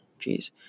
Jeez